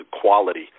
quality